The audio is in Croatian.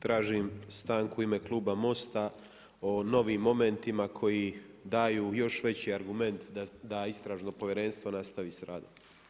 Tražim stanku u ime Kluba Mosta o novim momentima koji daju još veći moment, da istražno povjerenstvo nastavi s radom.